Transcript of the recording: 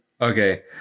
okay